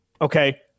okay